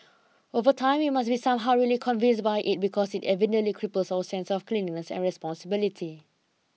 over time we must be somehow really convinced by it because it evidently cripples our sense of cleanliness and responsibility